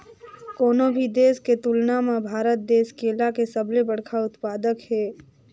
कोनो भी देश के तुलना म भारत देश केला के सबले बड़खा उत्पादक हे